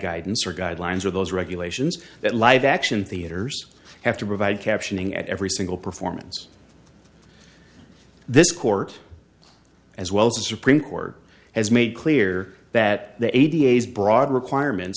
guidance or guidelines or those regulations that live action theaters have to provide captioning at every single performance this court as well as the supreme court has made clear that the a d a s broad requirements